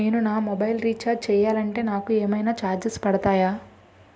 నేను నా mobile recharge చేయాలంటే నాకు ఏమైనా చార్జెస్ పడతాయా?